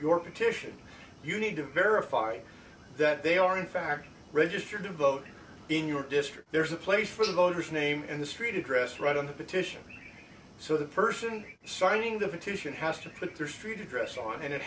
your petition you need to verify that they are in fact registered to vote in your district there's a place for the voters name and the street address right on the petition so the person signing the petition has to put their street address on and it